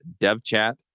devchat